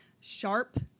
sharp